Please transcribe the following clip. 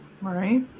right